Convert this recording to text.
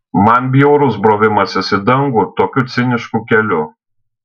man bjaurus brovimasis į dangų tokiu cinišku keliu